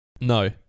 No